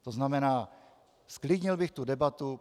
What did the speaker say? To znamená, zklidnil bych tu debatu.